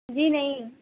جی نہیں